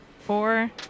Four